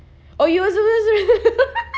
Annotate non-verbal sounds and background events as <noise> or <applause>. oh you also supposed <laughs>